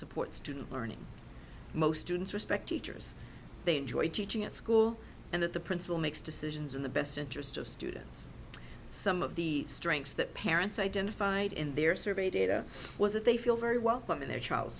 support student learning most students respect each others they enjoy teaching at school and that the principal makes decisions in the best interest of students some of the strengths that parents identified in their survey data was that they feel very welcome in their child